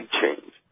change